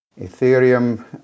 ethereum